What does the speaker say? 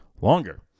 longer